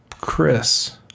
Chris